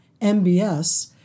MBS